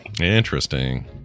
Interesting